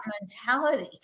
mentality